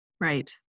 Right